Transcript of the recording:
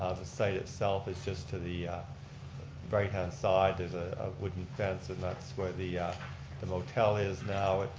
ah the site itself is just to the right hand side there's a wooden fence and that's where the the motel is now.